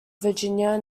virginia